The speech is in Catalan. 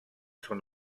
són